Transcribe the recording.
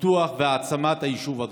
לפיתוח והעצמה של היישוב הדרוזי.